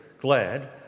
glad